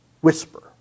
whisper